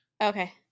okay